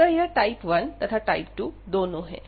अतः यह टाइप 1 तथा टाइप 2 दोनों है